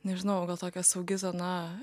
nežinau gal tokia saugi zona